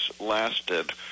lasted